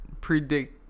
predict